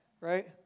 right